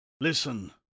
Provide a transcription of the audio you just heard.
Listen